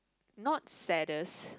not saddest